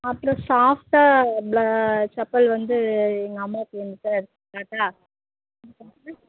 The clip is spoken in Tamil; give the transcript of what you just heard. அப்புறம் சாஃப்ட்டாக ப்ள செப்பல் வந்து எங்கள் அம்மாவுக்கு வேணும் சார் டாட்டா இருக்கா சார்